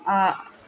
आ